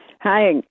hi